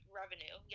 revenue